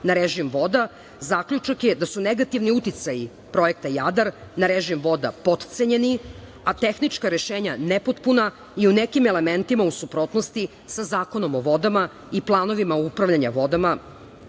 na režim voda zaključak je da su negativni uticaji projekta Jadar na režim voda potcenjeni, a tehnička rešenja nepotpuna i u nekim elementima u suprotnosti sa Zakonom o vodama i planovima upravljanja vodama,